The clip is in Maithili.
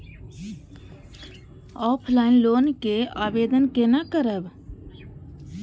ऑफलाइन लोन के आवेदन केना करब?